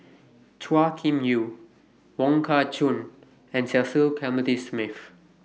Chua Kim Yeow Wong Kah Chun and Cecil Clementi Smith